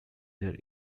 their